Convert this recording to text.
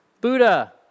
Buddha